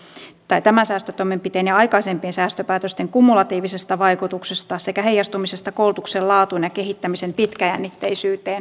muun muassa opetushallitus kiinnittää huomiota tämän säästötoimenpiteen ja aikaisempien säästöpäätösten kumulatiiviseen vaikutukseen sekä heijastumiseen koulutuksen laatuun ja kehittämisen pitkäjännitteisyyteen